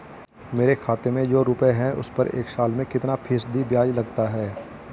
मेरे खाते में जो रुपये हैं उस पर एक साल में कितना फ़ीसदी ब्याज लगता है?